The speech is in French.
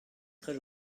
très